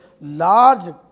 large